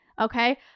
okay